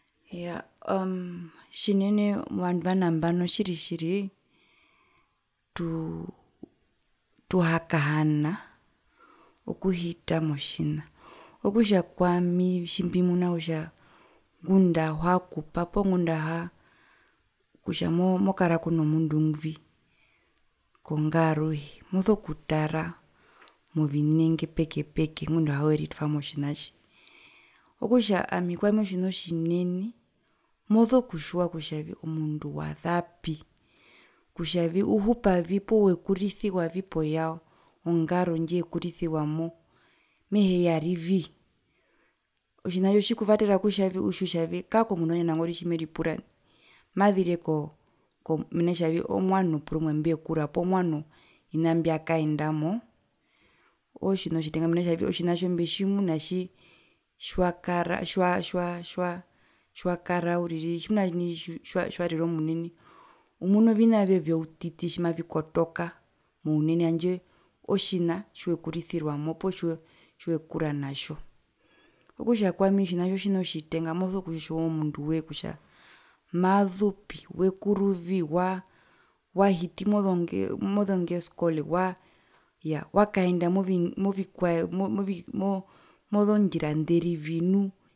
Iyaa aaammm tjinene ovandu va nambano tjiri tjiri aamm tuhakahana okuhita motjina okutja kwami tjimbimuna kutja ngunda auhakupaa poo haaa kutjamokara kuno mundu ngwi kongaaruhe moso kutara movinenge peke peke ngunda aihiye ritwamo tjinatji okutja ami kwami otjina otjinene moso kutjiwa kutjavi omundu wazapi kutja uhupavi poo wekurisiwavi poyao ongaro ndjekurisiwamo mehee yarivii otjina tjo tjikuvatera kutjavii utjiwe kutjavi kako omundu wandje nangwari tjimeripura mazerire koo mena kutjavii omwano porumwe mbwekura poo mwano vina mbiakaendamo ootjina otjitenga mena kutja otjina tjo mbetjimuna tjii tji tjiwakara tjiwa tjiwa tjiwa tjiwakara uriri tjumuna nai tjiwarire omunene umuna ovina vyoe vyoutiti tjimavikotoka mounene handje otjina tjiwekurisirwamo poo tjiwa tjiwekura natjo okutja kwami otjina tjo tjina otjitenga moso kutjiwa omunduwee kutja mazupi wekuruvii waa wahiti mozongee mozongee skole waa iyaa wakaenda movikwae mo mo mozondjira nderivi nu